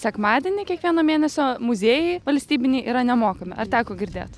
sekmadienį kiekvieno mėnesio muziejai valstybiniai yra nemokami ar teko girdėt